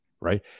right